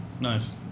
nice